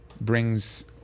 brings